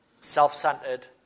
self-centered